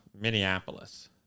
minneapolis